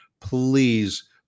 please